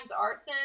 arson